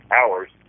hours